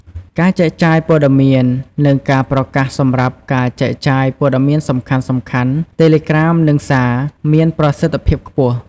ការចែកចាយព័ត៌មាន និងការប្រកាសសម្រាប់ការចែកចាយព័ត៌មានសំខាន់ៗ តេឡេក្រាម និង សារ មានប្រសិទ្ធភាពខ្ពស់។